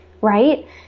Right